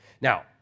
Now